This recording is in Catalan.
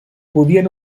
podien